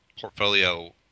portfolio